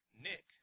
Nick